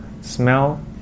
smell